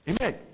Amen